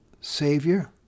Savior